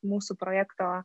mūsų projekto